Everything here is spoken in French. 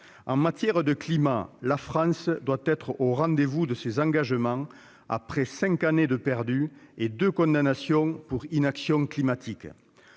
En matière de climat, la France doit être au rendez-vous de ses engagements, après cinq années perdues et deux condamnations pour inaction climatique.